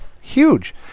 huge